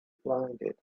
blinded